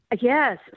Yes